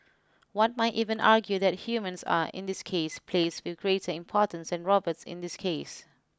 one might even argue that humans are in this case placed with greater importance than robots in this case